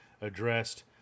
addressed